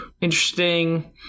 interesting